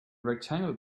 rectangle